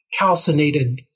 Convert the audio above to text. calcinated